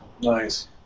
Nice